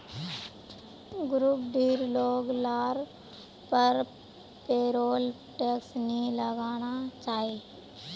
group डीर लोग लार पर पेरोल टैक्स नी लगना चाहि